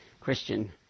Christian